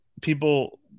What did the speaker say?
people –